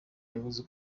abayobozi